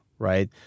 Right